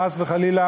חס וחלילה,